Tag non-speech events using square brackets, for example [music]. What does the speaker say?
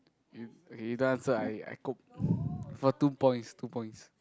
you okay you don't answer I I cope [breath] for two points two points